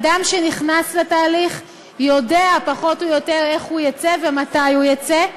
אדם שנכנס לתהליך יודע פחות או יותר איך הוא יצא ומתי הוא יצא,